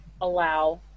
allow